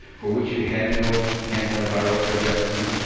for which you had no antivirals or vaccine?